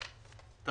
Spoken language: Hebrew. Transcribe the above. כדי